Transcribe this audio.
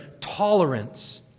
tolerance